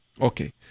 Okay